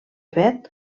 fet